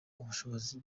ubushobozi